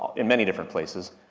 in many different places.